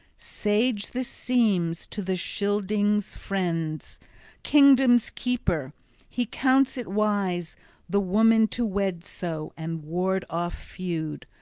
sage this seems to the scylding's-friend, kingdom's-keeper he counts it wise the woman to wed so and ward off feud,